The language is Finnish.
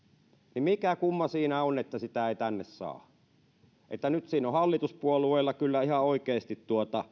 mikä kumma siinä on että sitä ei tänne saa nyt siinä on hallituspuolueilla kyllä ihan oikeasti